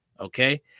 Okay